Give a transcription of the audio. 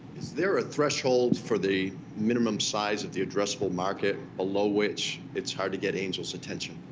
is there a threshold for the minimum size of the addressable market below which it's hard to get angels' attention?